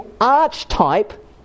archetype